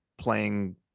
playing